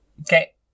Okay